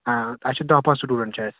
آ اَسہِ چھِ داہ بہہ سُٹوٗڈَنٛٹ چھِ أسۍ